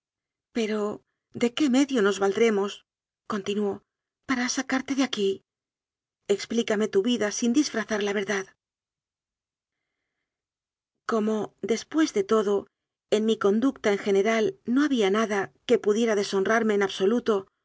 pero de qué medio nos valdremoscontinuópara sacarte de aquí ex plícame tu vida sin disfrazar la verdad como después de todo en mi conducta en gene ral no había nada que pudiera deshonrarme en ab